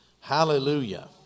Hallelujah